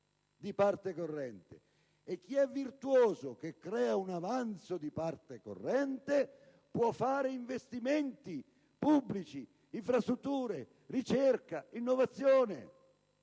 E chi è virtuoso e crea un avanzo di parte corrente può fare investimenti pubblici, infrastrutture, ricerca, innovazione.